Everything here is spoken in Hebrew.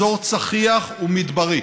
אזור צחיח ומדברי,